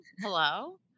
hello